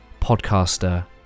podcaster